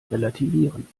relativieren